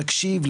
להקשיב,